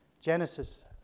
Genesis